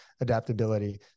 adaptability